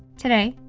today,